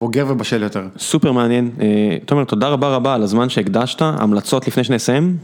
בוגר ובשל יותר. סופר מעניין. תומר, תודה רבה רבה על הזמן שהקדשת. המלצות לפני שנסיים.